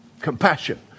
Compassion